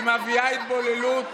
היא מביאה התבוללות,